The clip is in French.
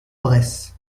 bresse